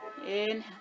Inhale